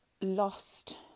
lost